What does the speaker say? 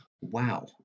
Wow